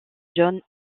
jaune